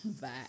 Bye